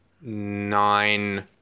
nine